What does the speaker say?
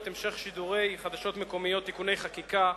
(המשך שידורי חדשות מקומיות) (תיקוני חקיקה)